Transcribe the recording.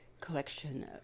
collection